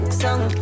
song